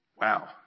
Wow